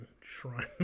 shrine